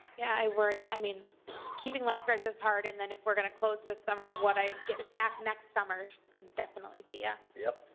yeah i worry. i mean keeping lifeguards is hard, and then if we're gonna close this summer what i get back next summer could definitely be a yep.